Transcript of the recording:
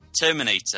Terminator